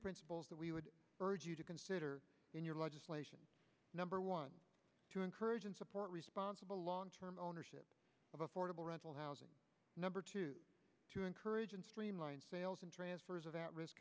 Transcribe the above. principles that we would urge you to consider in your legislation number one to encourage and support responsible long term ownership of affordable rental housing number two to encourage and streamline sales and transfers